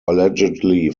allegedly